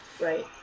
Right